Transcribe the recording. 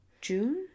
June